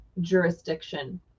jurisdiction